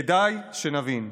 כדאי שנבין,